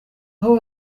aho